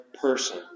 person